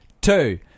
Two